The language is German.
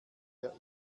der